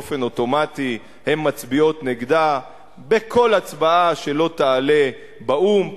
באופן אוטומטי הן מצביעות נגדה בכל הצבעה שלא תעלה באו"ם.